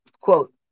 quote